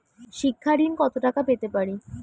শিক্ষা ঋণ কত টাকা পেতে পারি?